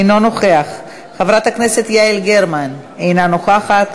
אינו נוכח, חברת הכנסת יעל גרמן, אינה נוכחת,